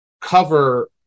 cover